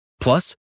Plus